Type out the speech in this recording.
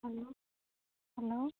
hello hello